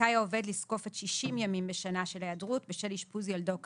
זכאי העובד לזקוף עד 60 ימים בשנה של היעדרות בשל אשפוז ילדו כאמור.